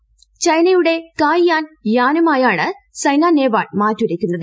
ഭിഷ്പന്യുടെ കായ്യാൻ യാനുമായാണ് സൈന നെഹ്വാൾ മിഴ്സൂരയ്ക്കുന്നത്